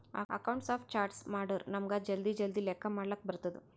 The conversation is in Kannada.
ಅಕೌಂಟ್ಸ್ ಆಫ್ ಚಾರ್ಟ್ಸ್ ಮಾಡುರ್ ನಮುಗ್ ಜಲ್ದಿ ಜಲ್ದಿ ಲೆಕ್ಕಾ ಮಾಡ್ಲಕ್ ಬರ್ತುದ್